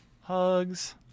hugs